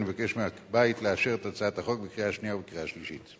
אני מבקש מהבית לאשר את הצעת החוק בקריאה שנייה ובקריאה שלישית.